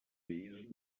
besen